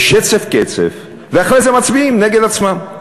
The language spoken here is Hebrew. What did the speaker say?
בשצף קצף, ואחרי זה מצביעים נגד עצמם.